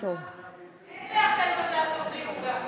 אין לאחל מזל טוב בלי עוגה.